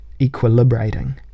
equilibrating